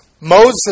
Moses